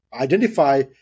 identify